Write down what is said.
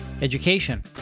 education